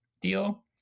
deal